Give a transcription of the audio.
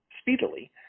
speedily